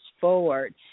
forward